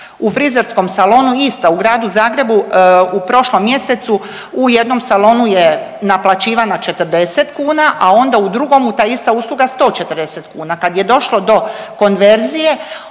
u frizerskom salonu, ista u Gradu Zagrebu, u prošlom mjesecu u jednom salonu je naplaćivana 40 kuna, a onda u drugom, ta ista usluga 140 kuna. Kad je došlo do konverzije,